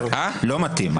לא מתאים.